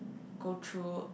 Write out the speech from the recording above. go through